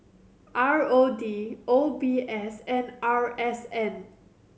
R O D O B S and R S N